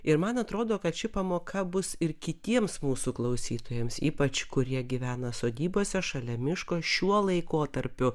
ir man atrodo kad ši pamoka bus ir kitiems mūsų klausytojams ypač kurie gyvena sodybose šalia miško šiuo laikotarpiu